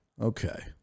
Okay